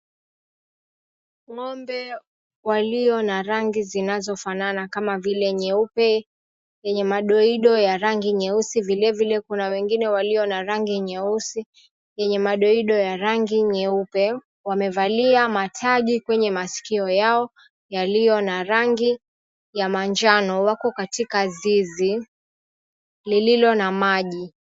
Ng'ombe walio na rangi zinazofanana kama vile nyeupe, yenye madoido ya rangi nyeusi. Vilevile kuna wengine walio na rangi nyeusi yenye madoido ya rangi nyeupe. Wamevalia matagi kwenye maskio yao yaliyo na rangi ya manjano. Wako katika zizi lililo na maji.